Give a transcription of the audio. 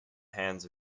hands